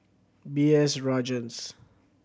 B S Rajhans